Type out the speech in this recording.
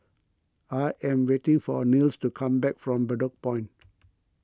I am waiting for Nils to come back from Bedok Point